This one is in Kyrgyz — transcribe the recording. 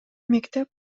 мектеп